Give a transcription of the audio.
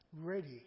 ready